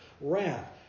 Wrath